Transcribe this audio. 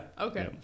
okay